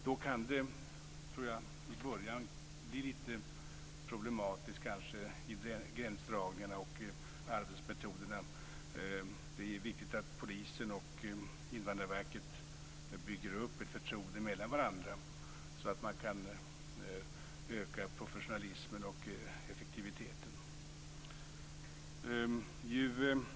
Då kan det, tror jag, i början kanske bli lite problematiskt i gränsdragningarna och när det gäller arbetsmetoderna. Det är viktigt att polisen och Invandrarverket bygger upp ett förtroende för varandra så att man kan öka professionalismen och effektiviteten.